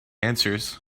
answers